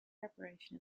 preparation